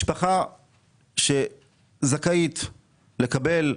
משפחה שזכאית לקבל,